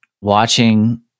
watching